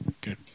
good